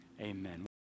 amen